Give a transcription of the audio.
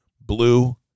blue